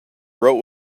wrote